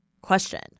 question